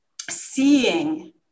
seeing